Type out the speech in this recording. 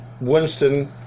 Winston